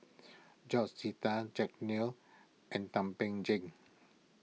George Sita Jack Neo and Thum Ping Tjin